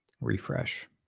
Refresh